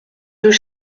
deux